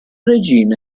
regina